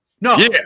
No